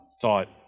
thought